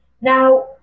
Now